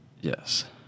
Yes